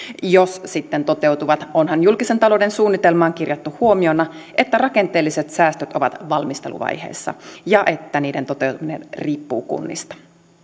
jos sitten toteutuvat onhan julkisen talouden suunnitelmaan kirjattu huomiona että rakenteelliset säästöt ovat valmisteluvaiheessa ja että niiden toteutuminen riippuu kunnista